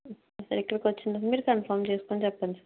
ఇక్కడికొచ్చిన మీరు కన్ఫామ్ చేసుకొని చెప్పండి సార్